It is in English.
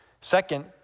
Second